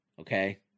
okay